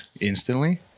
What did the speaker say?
instantly